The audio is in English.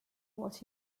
what